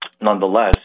nonetheless